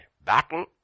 battle